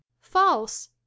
false